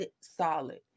solid